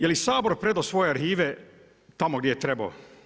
Je li Sabor predao svoje arhive tamo gdje je trebao.